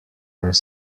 are